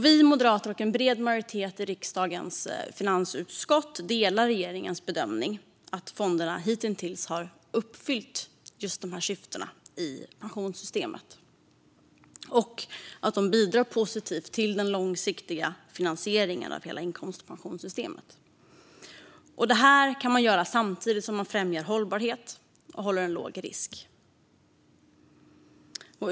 Vi moderater och en bred majoritet i riksdagens finansutskott delar regeringens bedömning att fonderna hittills har fyllt just dessa syften i pensionssystemet. De bidrar positivt till den långsiktiga finansieringen av hela inkomstpensionssystemet. Detta kan de göra samtidigt som man främjar hållbarhet och håller en låg risk.